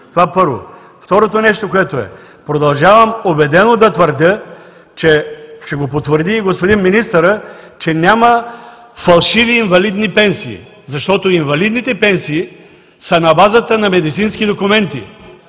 Това, първо. Второто нещо, продължавам убедено да твърдя – ще го потвърди и господин министърът, че няма фалшиви инвалидни пенсии. Инвалидните пенсии са на базата на медицински документи.